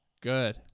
Good